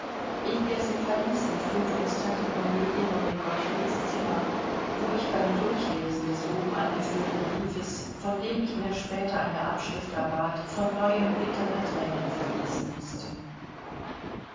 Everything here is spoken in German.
eh wir sie verließen führte uns tante kornelie noch in gottfrieds zimmer wo ich beim durchlesen des oben angeführten briefes von dem ich mir später eine abschrift erbat von neuem bittere thränen vergießen mußte